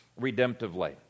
redemptively